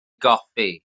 goffi